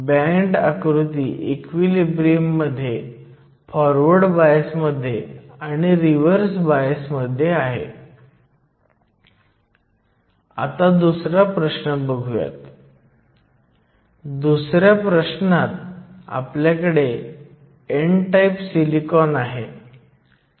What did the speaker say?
ही माहिती विशेषतः उपयोगी असते जेव्हा तुम्ही सिलिकॉनच्या व्यतिरिक्त सामग्रीसह उपकरणे तयार करण्याचा प्रयत्न करत असाल कारण एकदा तुम्हाला बिल्ट इन पोटेन्शियल कळली की तुम्हाला हे देखील कळेल की एखाद्या विशिष्ट प्रकारच्या ऍप्लिकेशनसाठी सर्किटद्वारे कोणत्या प्रकारचे करंट लागू करणे आवश्यक आहे